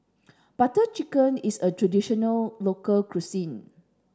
Butter Chicken is a traditional local cuisine